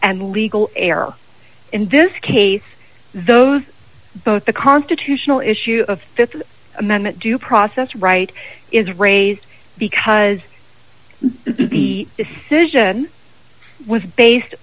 and legal error in this case those both the constitutional issue of th amendment due process right is raised because the decision was based